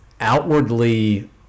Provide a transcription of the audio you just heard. outwardly